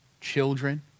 Children